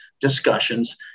discussions